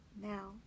Now